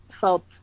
felt